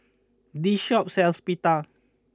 this shop sells Pita